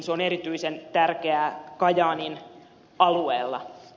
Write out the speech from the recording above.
se on erityisen tärkeää kajaanin alueella